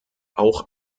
auch